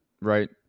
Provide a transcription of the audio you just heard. right